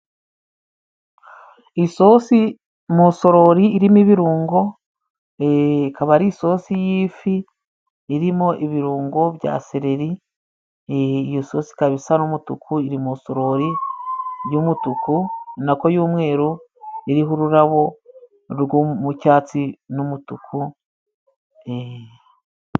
Isosi mu isorori irimo ibirungo, kaba ari isosi y'ifi irimo ibirungo bya seleri, iyo sosika isa nk'umutuku, iri umosorori y'umutuku nako y'umweru, iriho ururabo rw'icyatsi n'umutuku.